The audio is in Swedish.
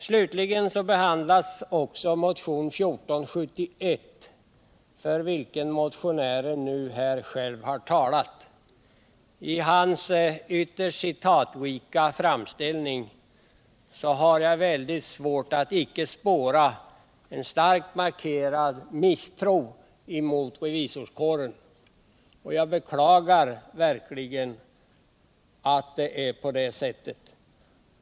Slutligen behandlas också motionen 1471, för vilken motionären nu här själv har talat. I hans ytterst citatrika framställning har jag svårt att icke spåra en starkt markerad misstro mot revisorskåren. Jag beklagar verkligen att det är på det sättet.